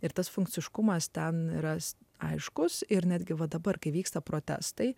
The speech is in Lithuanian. ir tas funkciškumas ten ras aiškus ir netgi va dabar kai vyksta protestai